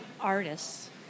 artists